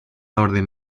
orden